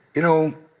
you know,